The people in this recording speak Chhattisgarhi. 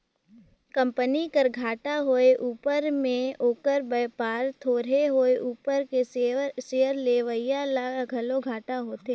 कंपनी कर घाटा होए उपर में ओकर बयपार थोरहें होए उपर में सेयर लेवईया ल घलो घाटा होथे